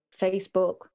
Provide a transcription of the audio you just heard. Facebook